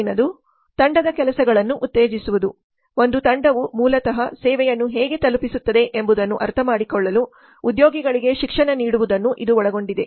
ಮುಂದಿನದು ತಂಡದ ಕೆಲಸಗಳನ್ನು ಉತ್ತೇಜಿಸುವುದು ಒಂದು ತಂಡವು ಮೂಲತಃ ಸೇವೆಯನ್ನು ಹೇಗೆ ತಲುಪಿಸುತ್ತದೆ ಎಂಬುದನ್ನು ಅರ್ಥಮಾಡಿಕೊಳ್ಳಲು ಉದ್ಯೋಗಿಗಳಿಗೆ ಶಿಕ್ಷಣ ನೀಡುವುದನ್ನು ಇದು ಒಳಗೊಂಡಿದೆ